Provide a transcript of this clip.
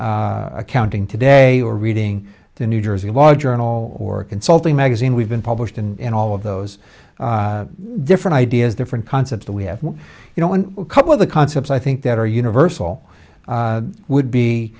accounting today or reading the new jersey law journal or consulting magazine we've been published and all of those different ideas different concepts that we have you know one couple of the concepts i think that are universal would